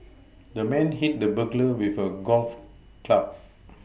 the man hit the burglar with a golf club